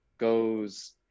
goes